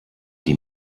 die